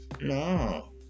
No